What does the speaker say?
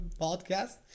podcast